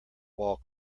wall